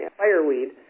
fireweed